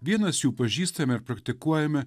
vienas jų pažįstami praktikuojami